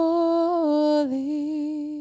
Holy